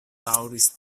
daŭris